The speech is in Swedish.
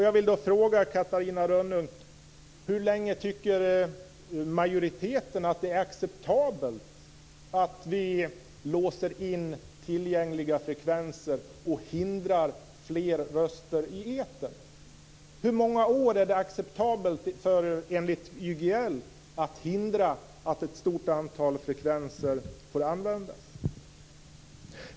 Jag vill då fråga Catarina Rönnung hur länge majoriteten tycker att det är acceptabelt att vi låser in tillgängliga frekvenser och hindrar fler röster i etern. Hur många år är det enligt YGL acceptabelt att hindra att ett stort antal frekvenser används?